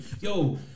Yo